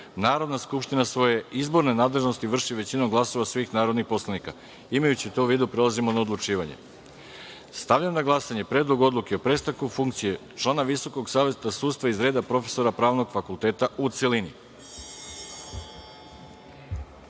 Narodna skupština svoje izborne nadleženosti vrši većinom glasova svih narodnih poslanika. Imajući to u vidu prelazimo na odlučivanje. Stavljam na glasanje Predlog o prestanku funkcije člana Visokog saveta sudstva iz reda prof. Pravnog fakulteta u